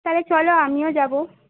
তাহলে চলো আমিও যাব